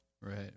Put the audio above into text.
right